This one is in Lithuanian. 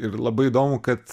ir labai įdomu kad